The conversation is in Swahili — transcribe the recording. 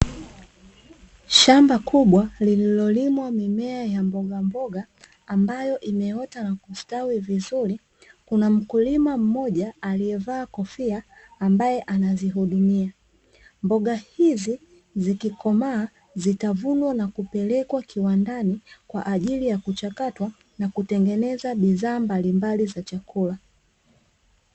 Shamba kubwa lililolimwa mimea ya mbogamboga ambayo imeota na kustawi vizuri kuna mkulima mmoja aliye vaa kofia ambaye anazihiudumia, mboga hizi zikikomaa zitavunywa na kupelekwa kiwandani kwajili ya kuchakatwa na kutegenezwa bidaa mbalimbali za chakula.